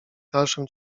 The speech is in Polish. dalszym